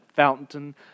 Fountain